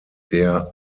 der